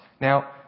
Now